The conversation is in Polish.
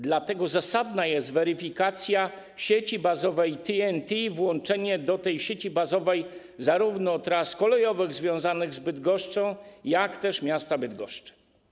Dlatego zasadna jest weryfikacja sieci bazowej TEN-T, włączenie do tej sieci bazowej zarówno tras kolejowych związanych z Bydgoszczą, jak i miasta Bydgoszcz.